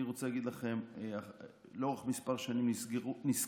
אני רוצה להגיד לכם: לאורך כמה שנים נסקרו,